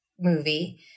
movie